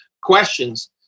questions